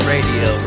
Radio